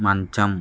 మంచం